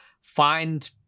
find